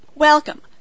Welcome